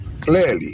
clearly